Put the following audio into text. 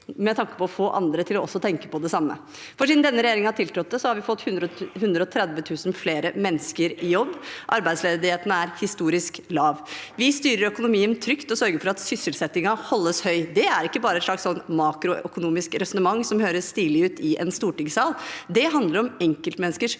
med tanke på å få andre til også å tenke på det samme. Siden denne regjeringen tiltrådte, har vi fått 130 000 flere mennesker i jobb, og arbeidsledigheten er historisk lav. Vi styrer økonomien trygt og sørger for at sysselsettingen holdes høy. Det er ikke bare et slags makroøkonomisk resonnement som høres stilig ut i en stortingssal; det handler om enkeltmenneskers